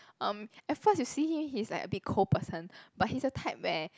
um at first you see him he's like a bit cold person but he's the type where